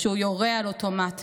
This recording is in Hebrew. כשהוא יורה על אוטומט,